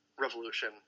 revolution